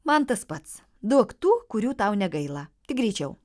man tas pats daug tų kurių tau negaila tik greičiau